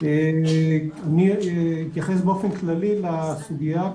אני אתייחס באופן כללי על הסוגייה,